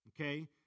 okay